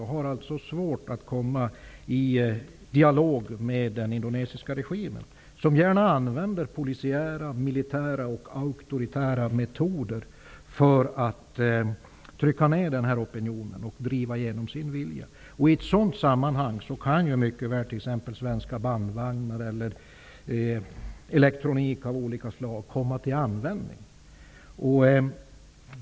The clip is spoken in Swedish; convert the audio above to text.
De har alltså svårt att komma i dialog med den indonesiska regimen, som gärna använder polisiära, militära och auktoritära metoder för att trycka ner opinionen och driva igenom sin vilja. I ett sådant sammahang kan t.ex. svenska bandvagnar eller elektronik av olika slag mycket väl komma till användning.